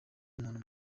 umuntu